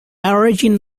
origin